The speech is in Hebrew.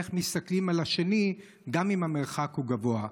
על איך מסתכלים על השני גם אם יש מרחק בגובה.